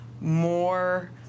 more